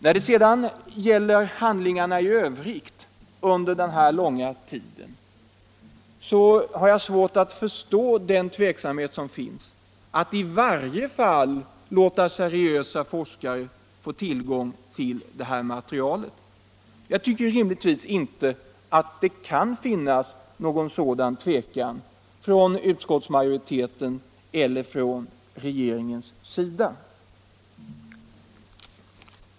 När det gäller handlingarna i övrigt från den här långa tiden har jag svårt att förstå den tveksamhet som finns, i varje fall mot att låta seriösa forskare få tillgång till materialet. Jag tycker att det inte rimligtvis borde kunna finnas någon sådan tvekan hos utskottsmajoriteten och hos regeringen.